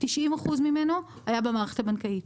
90% ממנו היה במערכת הבנקאית.